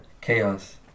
chaos